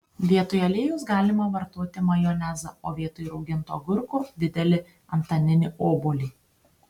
vietoj aliejaus galima vartoti majonezą o vietoj rauginto agurko didelį antaninį obuolį